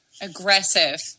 aggressive